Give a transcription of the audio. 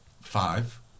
Five